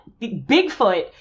Bigfoot